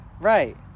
Right